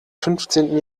fünfzehnten